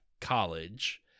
college